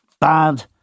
bad